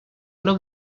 love